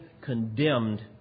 condemned